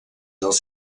dels